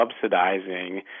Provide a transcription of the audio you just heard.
subsidizing